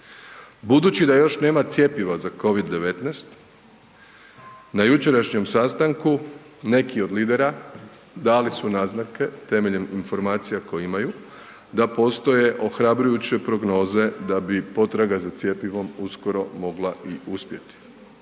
Budući da još nema cjepiva za COVID-19, na jučerašnjem sastanku neki od lidera dali su naznake temeljem informacija koje imaju, da postoje ohrabrujuće prognoze da bi potraga za cjepivom uskoro mogla i uspjeti.